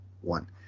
one